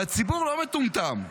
והציבור לא מטומטם,